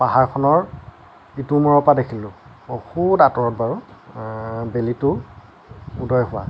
পাহাৰখনৰ ইটো মূৰৰ পৰা দেখিলোঁ বহুত আঁতৰত বাৰু বেলিটো উদয় হোৱা